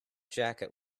jacket